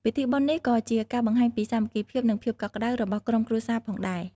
ពិធីបុណ្យនេះក៏ជាការបង្ហាញពីសាមគ្គីភាព និងភាពកក់ក្តៅរបស់ក្រុមគ្រួសារផងដែរ។